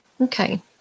Okay